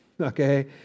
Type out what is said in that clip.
okay